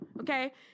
okay